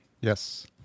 Yes